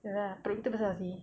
tu pasal seh